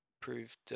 proved